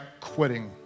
quitting